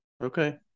Okay